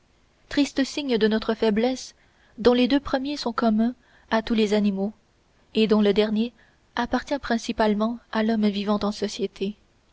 tristes signes de notre faiblesse dont les deux premiers sont communs à tous les animaux et dont le dernier appartient principalement à l'homme vivant en société